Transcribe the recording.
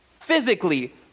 physically